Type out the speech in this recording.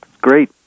Great